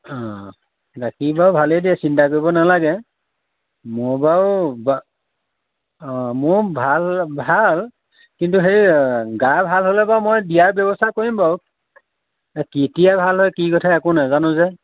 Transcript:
অঁ গাখীৰ বাৰু ভালেই দিয়ে চিন্তা কৰিব নালাগে মোৰ বাৰু বা অঁ মোৰ ভাল ভাল কিন্তু হেৰি গা ভাল হ'লে বাৰু মই দিয়াৰ ব্যৱস্থা কৰিম বাৰু কেতিয়া ভাল কেতিয়া ভাল হয় কি কথা একো নাজানো যে